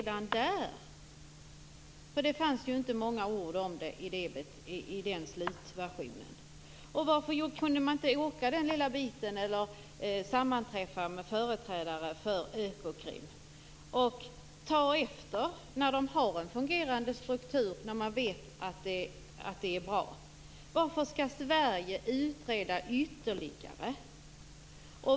Det fanns inte många ord om den brottsligheten i slutversionen av utredningen. Gick det inte att åka den korta sträckan och sammanträffa med företrädare för Økokrim? Gick det inte att ta efter en fungerande struktur som man vet är bra? Varför skall Sverige utreda ytterligare?